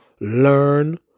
learn